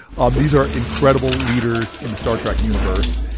um these are incredible leaders in the star trek universe.